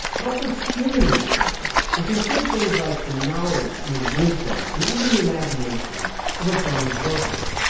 but also human resources, which include things like the knowledge and the wisdom and even the imaginations of a firm's workers.